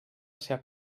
ser